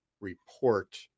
report